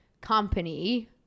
company